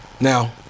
now